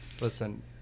listen